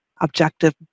objective